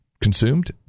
consumed